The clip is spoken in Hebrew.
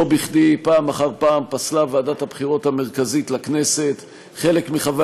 לא בכדי פעם אחר פעם פסלה ועדת הבחירות המרכזית לכנסת חלק מחברי